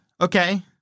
Okay